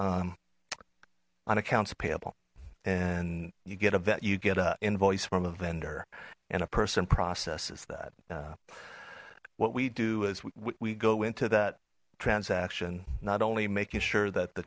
on accounts payable and you get a vet you get a invoice from a vendor and a person process is that what we do is we go into that transaction not only making sure that the